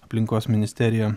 aplinkos ministerija